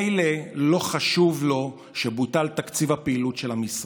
מילא לא חשוב לו שבוטל תקציב הפעילות של המשרד,